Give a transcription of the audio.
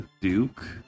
duke